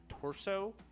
torso